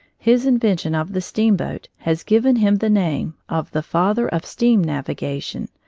his invention of the steamboat has given him the name of the father of steam navigation,